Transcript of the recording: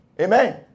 Amen